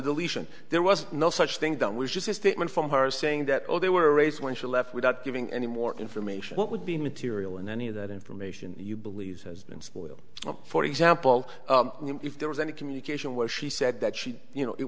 deletion there was no such thing that was just a statement from her saying that all they were raised when she left without giving any more information what would be material in any of that information you believe has been spoiled for example if there was any communication where she said that she you know it